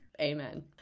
amen